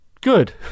Good